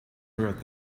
heard